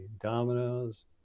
dominoes